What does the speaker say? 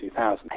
2000